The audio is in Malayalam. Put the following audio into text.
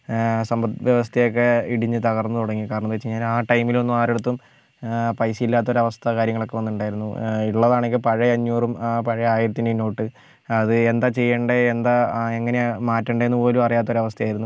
സമ്പത്ത് വ്യവസ്ഥയൊക്കെ ഇടിഞ്ഞ് തകർന്നു തുടങ്ങി കാരണമെന്ന് വെച്ച് കഴിഞ്ഞാൽ ആ ടൈമിൽ ഒന്നും ആരുടെ അടുത്തും പൈസ ഇല്ലാത്ത ഒരവസ്ഥ കാര്യങ്ങളൊക്കെ വന്നിട്ടുണ്ടായിരുന്നു ഉള്ളതാണെങ്കിൽ പഴയ അഞ്ഞൂറും പഴയ ആയിരത്തിൻറ്റെയും നോട്ട് അതെന്താണ് ചെയ്യേണ്ടത് എന്താ എങ്ങനെയാണ് മാറ്റേണ്ടതെന്ന് പോലും അറിയാത്ത ഒരു അവസ്ഥയായിരുന്നു